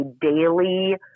daily